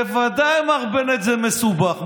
בוודאי, מר בנט, זה מסובך.